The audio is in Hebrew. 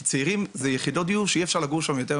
כי הם צעירים ומדובר פה על יחידות דיור